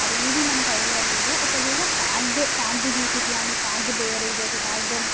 అదేది మనకైడియా లేదు ఒకవేళ ప్యాక్డ్ ప్యాక్డ్ జ్యూసెస్ కానీ ప్యాక్డ్ బేవరేజెస్ ప్యాక్డ్